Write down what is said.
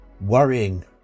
Worrying